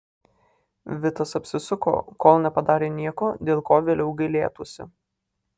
vitas apsisuko kol nepadarė nieko dėl ko vėliau gailėtųsi